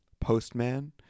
postman